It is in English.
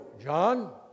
John